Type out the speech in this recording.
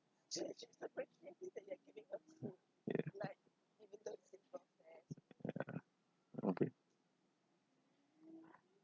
ya okay